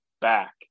back